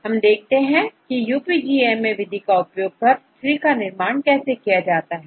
तो हम देखते हैं की UPGMA का उपयोग कर ट्री का निर्माण कैसे किया जा सकता है